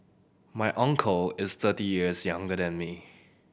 my uncle is thirty years younger than me